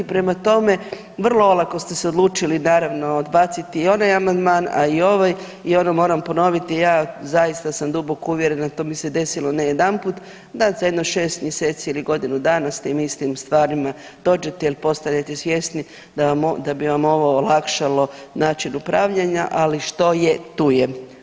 Prema tome, vrlo olako ste se odlučili naravno odbaciti i onaj amandman, a i ovaj i ono moram ponoviti, ja zaista sam duboko uvjerena, to mi se desilo ne jedanput, da za jedno 6. mjeseci ili godinu dana s tim istim stvarima dođete ili postanete svjesni da bi vam ovo olakšalo način upravljanja, ali što je tu je.